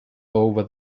over